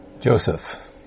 Joseph